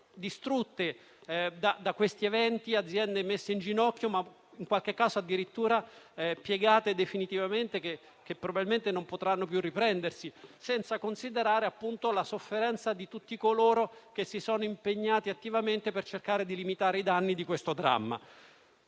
distrutte da questi eventi, messe in ginocchio e in qualche caso addirittura piegate definitivamente, tanto che probabilmente non potranno più riprendersi. Senza considerare la sofferenza di tutti coloro che si sono impegnati attivamente per cercare di limitare i danni di questo dramma.